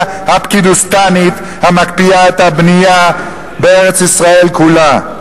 ה"פקידוסטנית" המקפיאה את הבנייה בארץ-ישראל כולה.